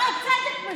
מה הצדק בזה?